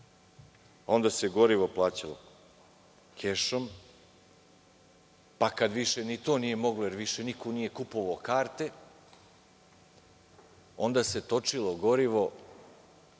onda se gorivo plaćalo kešom, pa kad više ni to nije moglo jer više niko nije kupovao karte, onda se točilo gorivo